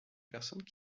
personnes